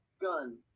gun